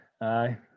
aye